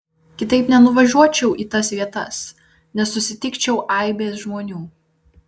kitaip nenuvažiuočiau į tas vietas nesusitikčiau aibės žmonių